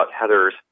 Heather's